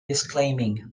disclaiming